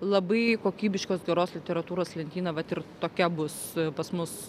labai kokybiškos geros literatūros lentyna vat ir tokia bus pas mus